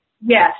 Yes